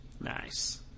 Nice